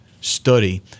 study